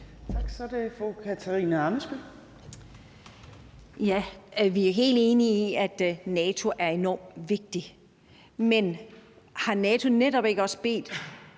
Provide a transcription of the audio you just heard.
Kl. 13:16 Katarina Ammitzbøll (KF): Ja, vi er helt enige i, at NATO er enormt vigtig. Men har NATO netop ikke også bedt